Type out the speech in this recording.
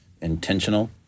intentional